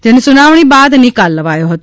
જેનો સુનાવણી બાદ નિકાલ લવાયો હતો